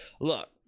look